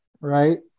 Right